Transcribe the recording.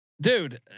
dude